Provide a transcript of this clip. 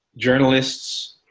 journalists